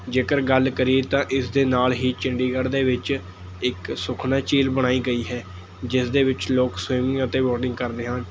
ਜੇਕਰ ਗੱਲ ਕਰੀਏ ਤਾਂ ਇਸਦੇ ਨਾਲ ਹੀ ਚੰਡੀਗੜ੍ਹ ਦੇ ਵਿੱਚ ਇੱਕ ਸੁਖਨਾ ਝੀਲ ਬਣਾਈ ਗਈ ਹੈ ਜਿਸ ਦੇ ਵਿੱਚ ਲੋਕ ਸਵੀਮਿੰਗ ਅਤੇ ਬੋਟਿੰਗ ਕਰਦੇ ਹਨ